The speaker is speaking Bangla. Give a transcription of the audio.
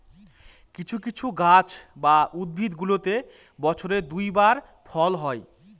কিছু কিছু গাছ বা উদ্ভিদগুলোতে বছরে দুই বার ফল হয়